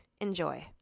Enjoy